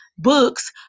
Books